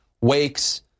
Wakes